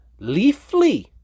Leafly